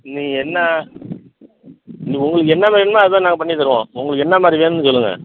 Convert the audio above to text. நீங்கள் என்ன நீ உங்களுக்கு என்ன வேணுமோ அது தான் நாங்கள் பண்ணித் தருவோம் உங்களுக்கு என்ன மாதிரி வேணும்னு சொல்லுங்கள்